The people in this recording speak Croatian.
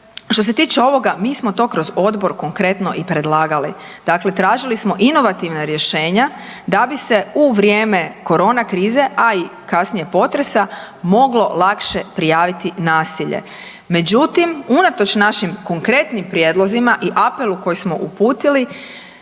što se tiče ovoga mi smo to kroz odbor konkretno i predlagali. Dakle, tražili smo inovativna rješenja da bi se u vrijeme corona krize a i kasnije potresa moglo lakše prijaviti nasilje. Međutim, unatoč našim konkretnim prijedlozima i apelu koji smo uputili